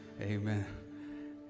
Amen